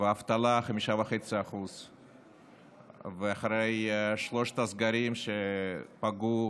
ואבטלה של 5.5%. ושלושת הסגרים שפגעו